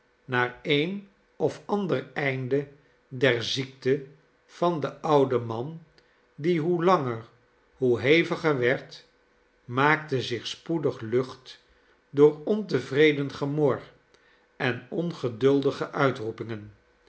naar een of ander einde der ziekte van den ouden man die hoe langer hoe heviger werd maakte zich spoedig lucht door ontevreden gemor en ongeduldige uitroepingen